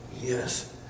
Yes